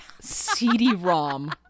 CD-ROM